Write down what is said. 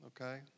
okay